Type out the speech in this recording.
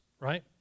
right